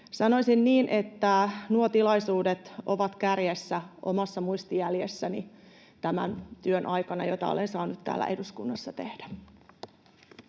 Sanoisin, että nuo tilaisuudet ovat kärjessä omassa muistijäljessäni tämän työn aikana, jota olen saanut täällä eduskunnassa tehdä.